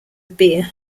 beer